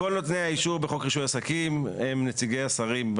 כל נותני האישור בחוק רישוי עסקים הם נציגי השרים,